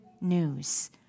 news